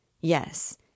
Yes